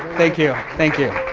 thank you, thank you.